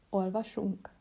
olvasunk